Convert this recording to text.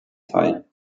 teil